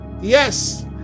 yes